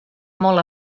molt